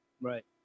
Right